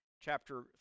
chapter